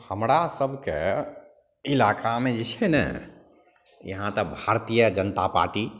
हमरा सभके इलाकामे जे छै ने यहाँ तऽ भारतीय जनता पार्टी